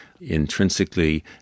intrinsically